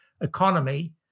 economy